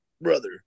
brother